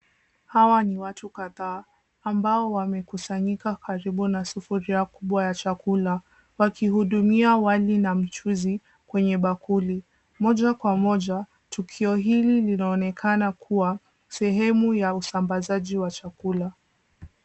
Hawa ni watu kadhaa ambao wamekusanyika karibu na sufuria kubwa ya chakula. Wakihudumia wali na mchuzi, kwenye bakuli. Moja kwa moja, tukio hili linaonekana kua sehemu ya usambazaji wa chakula.